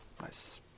nice